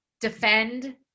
defend